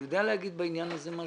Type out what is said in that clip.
אתה יודע לומר בעניין הזה משהו?